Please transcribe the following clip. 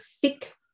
thick